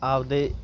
ਆਪਦੇ